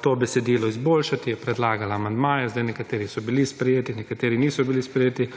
to besedilo izboljšati, je predlagala amandmaje. Zdaj, nekateri so bili sprejeti, nekateri niso bili sprejeti